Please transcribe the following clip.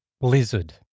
Blizzard